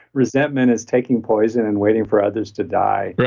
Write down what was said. resentment is taking poison and waiting for others to die. yeah